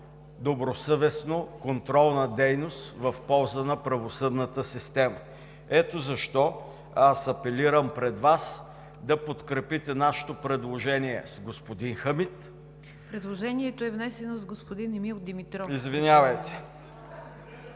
добросъвестно контролна дейност в полза на правосъдната система. Ето защо аз апелирам пред Вас да подкрепите нашето предложение с господин Хамид… ПРЕДСЕДАТЕЛ НИГЯР ДЖАФЕР: Предложението е внесено с господин Емил Димитров. ДАНАИЛ